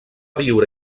viure